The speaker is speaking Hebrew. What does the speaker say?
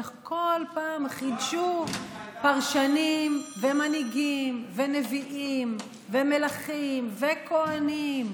וכל פעם חידשו פרשנים ומנהיגים ונביאים ומלכים וכוהנים.